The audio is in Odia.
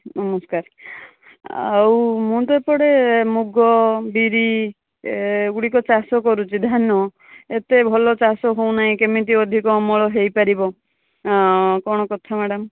ନମସ୍କାର ଆଉ ମୁଁ ତ ଏପଟେ ମୁଗ ବିରି ଏଗୁଡ଼ିକ ଚାଷ କରୁଛି ଧାନ ଏତେ ଭଲ ଚାଷ ହେଉ ନାହିଁ କେମିତି ଅଧିକ ଅମଳ ହେଇପାରିବ କ'ଣ କଥା ମ୍ୟାଡମ୍